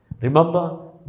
Remember